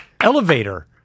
elevator